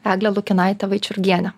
egle lukinaite vaičiurgiene